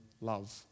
love